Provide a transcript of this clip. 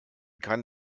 kann